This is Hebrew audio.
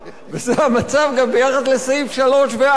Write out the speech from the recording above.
וזה המצב גם ביחס לסעיף 3 ו-4.